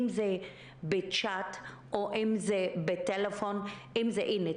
אם זה בצ'אט או אם זה בטלפון הנה,